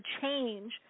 change